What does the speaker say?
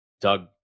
doug